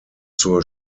zur